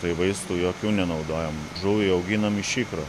tai vaistų jokių nenaudojam žuvį auginam iš ikro